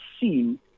seen